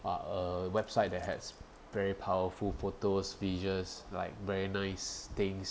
uh a website that has very powerful photos visuals like very nice things